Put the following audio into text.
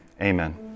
amen